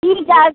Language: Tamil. டீ காசு